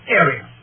area